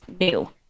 new